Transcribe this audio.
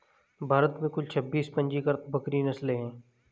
भारत में कुल छब्बीस पंजीकृत बकरी नस्लें हैं